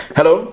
Hello